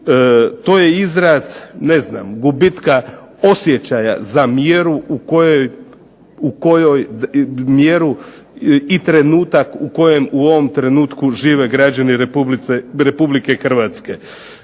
To je izraz gubitka osjećaja za mjeru i trenutak u kojem u ovom trenutku žive građani i građanke Republike Hrvatske.